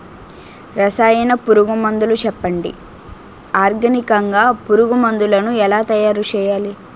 రసాయన పురుగు మందులు చెప్పండి? ఆర్గనికంగ పురుగు మందులను ఎలా తయారు చేయాలి?